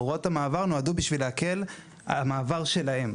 הוראות המעבר נועדו בשביל להקל על המעבר שלהם.